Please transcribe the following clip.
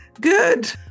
Good